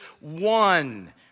one